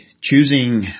choosing